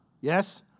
Yes